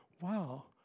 wow